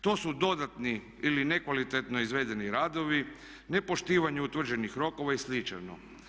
To su dodatni ili nekvalitetno izvedeni radovi, nepoštivanje utvrđenih rokova i slično.